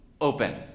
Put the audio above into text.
open